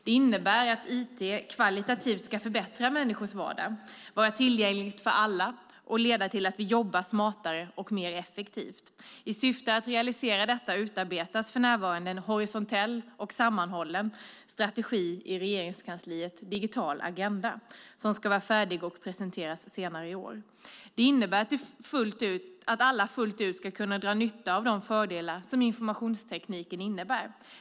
Det innebär att IT kvalitativt ska förbättra människors vardag, vara tillgängligt för alla och leda till att vi jobbar smartare och mer effektivt. I syfte att realisera detta utarbetas för närvarande en horisontell och sammanhållen strategi i Regeringskansliet, Digital agenda, som ska vara färdig att presenteras senare i år. Det innebär att alla fullt ut ska kunna dra nytta av de fördelar som informationstekniken ger.